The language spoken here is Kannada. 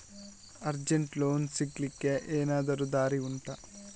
ಅರ್ಜೆಂಟ್ಗೆ ಲೋನ್ ಸಿಗ್ಲಿಕ್ಕೆ ಎನಾದರೂ ದಾರಿ ಉಂಟಾ